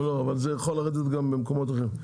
לא, אבל זה יכול לרדת גם במקומות אחרים.